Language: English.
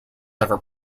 ever